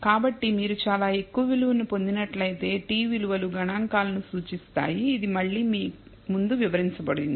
కాబట్టి మీరు చాలా ఎక్కువ విలువను పొందినట్లయితే t విలువలు గణాంకాలను సూచిస్తాయి ఇది మళ్ళీ ముందు వివరించబడింది